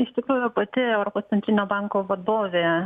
iš tikrųjų pati europos centrinio banko vadovė